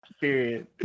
Period